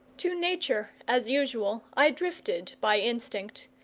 to nature, as usual, i drifted by instinct,